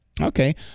Okay